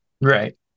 Right